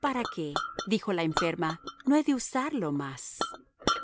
para qué dijo la enferma no he de usarlo más